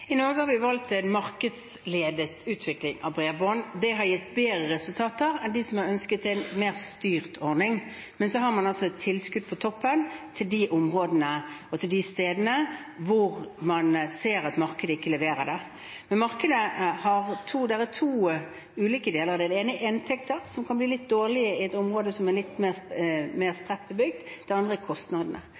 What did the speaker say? I Norge har vi valgt en markedsledet utvikling av bredbånd. Det har gitt bedre resultater enn om vi hadde valgt en mer styrt ordning. Men så har man altså et tilskudd på toppen til de områdene og de stedene hvor man ser at markedet ikke leverer. Det er to ulike deler. Det ene er inntektene, som kan bli litt dårlige i områder som er mer spredt bebygd. Det andre er kostnadene.